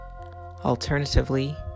Alternatively